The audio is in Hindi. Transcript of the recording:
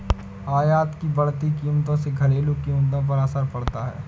आयात की बढ़ती कीमतों से घरेलू कीमतों पर असर पड़ता है